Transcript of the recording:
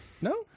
No